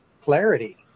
clarity